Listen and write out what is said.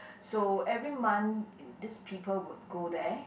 so every month uh these people will go there